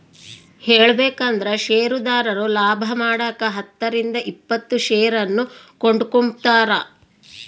ಹೇಳಬೇಕಂದ್ರ ಷೇರುದಾರರು ಲಾಭಮಾಡಕ ಹತ್ತರಿಂದ ಇಪ್ಪತ್ತು ಷೇರನ್ನು ಕೊಂಡುಕೊಂಬ್ತಾರ